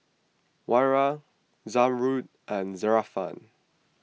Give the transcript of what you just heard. Wira Zamrud and Zafran